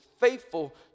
Faithful